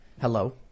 Hello